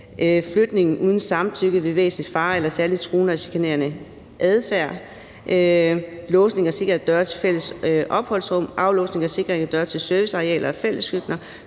flytning uden samtykke ved væsentlig fare eller særlig truende og chikanerende adfærd, låsning og sikring af døre til fælles opholdsrum, aflåsning og sikring af døre til servicearealer og fælleskøkkener,